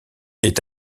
est